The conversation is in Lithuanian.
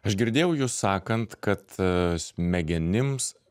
aš girdėjau jus sakant kad a smegenims